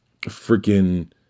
freaking